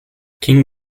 king